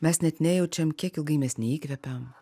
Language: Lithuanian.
mes net nejaučiam kiek ilgai mes neįkvepiam